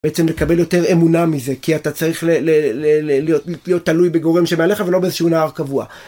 בעצם לקבל יותר אמונה מזה, כי אתה צריך להיות תלוי בגורם שמעליך ולא באיזשהו נער קבוע.